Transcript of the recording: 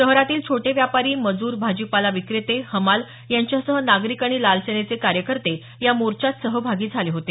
शहरातील छोटे व्यापारी मजूर भाजीपाला विक्रेते हमाल यांच्यासह नागरिक आणि लाल सेनेचे कार्यकर्ते या मोर्चात सहभागी झाले होते